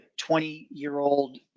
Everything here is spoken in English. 20-year-old